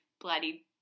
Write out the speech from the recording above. bloody